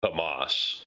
Hamas